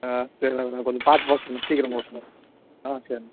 ஆ சரிண்ணா சரிண்ணா கொஞ்சம் பார்த்து போக சொல்லுண்ணே சீக்கிரம் போக சொல்லுண்ணே ஆ சரிண்ண